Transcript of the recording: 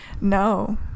no